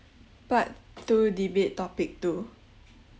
part two debate topic two